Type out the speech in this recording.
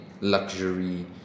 luxury